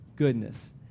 Goodness